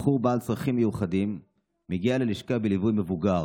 בחור בעל צרכים מיוחדים מגיע ללשכה בליווי מבוגר.